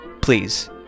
Please